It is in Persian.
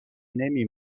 نمی